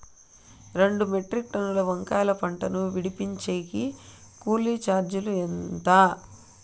రెండు మెట్రిక్ టన్నుల వంకాయల పంట ను విడిపించేకి కూలీ చార్జీలు ఎంత?